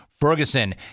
Ferguson